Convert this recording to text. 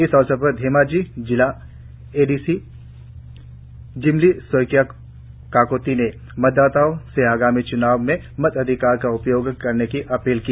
इस अवसर पर धेमाजी जिले की A D C Jimli Saikia Kakoti ने मतदाताओं से आगामी च्नाव में मताधिकार का उपयोग करने की अपील की